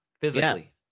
physically